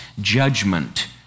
judgment